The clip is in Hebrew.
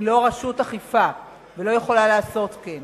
אני לא רשות אכיפה ולא יכולה לעשות כן.